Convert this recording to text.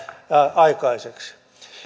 aikaiseksi